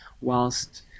whilst